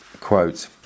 quote